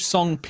Song